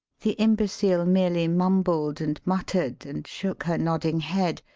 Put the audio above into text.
the imbecile merely mumbled and muttered, and shook her nodding head,